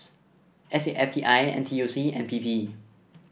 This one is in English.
S A F T I N T U C and P P